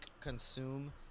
consume